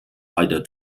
weiter